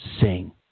sing